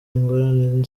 ingorane